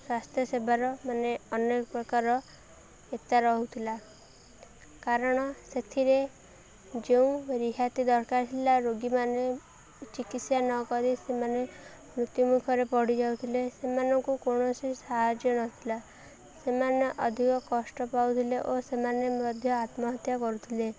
ସ୍ୱାସ୍ଥ୍ୟ ସେବାର ମାନେ ଅନେକ ପ୍ରକାର ଏତା ରହୁଥିଲା କାରଣ ସେଥିରେ ଯେଉଁ ରିହାତି ଦରକାର ଥିଲା ରୋଗୀମାନେ ଚିକିତ୍ସା ନ କରି ସେମାନେ ମୃତ୍ୟୁମୁଖରେ ପଡ଼ିିଯାଉଥିଲେ ସେମାନଙ୍କୁ କୌଣସି ସାହାଯ୍ୟ ନଥିଲା ସେମାନେ ଅଧିକ କଷ୍ଟ ପାଉଥିଲେ ଓ ସେମାନେ ମଧ୍ୟ ଆତ୍ମହତ୍ୟା କରୁଥିଲେ